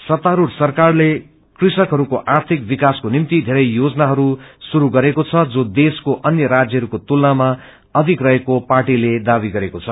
सत्तास्ढ सरकारले कृषकहरूको आर्थिक विकासको निम्ति धेरै योजनाहरू श्रुरू गरेको छ जो देशको अन्य राण्यहरूको तुलनामा अधिक रहेको पार्टीले दावी गरेको छ